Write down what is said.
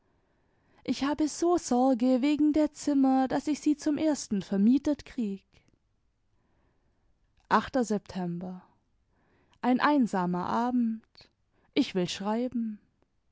ich habe so sorge wegen der zimmer daß ich sie zum ersten vermietet krieg ein einsamer abend ich will schreiben